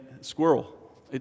squirrel